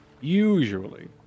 Usually